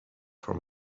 from